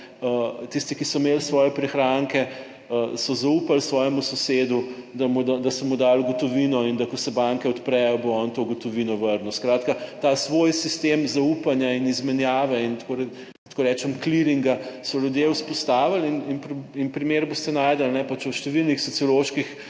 tisti, ki so imeli svoje prihranke, so zaupali svojemu sosedu, da so mu dali gotovino in da, ko se banke odprejo, bo on to gotovino vrnil. Skratka, ta svoj sistem zaupanja in izmenjave in da tako rečem, "clearinga", so ljudje vzpostavili in primer boste našli pač v številnih socioloških